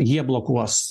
jie blokuos